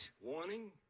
Warning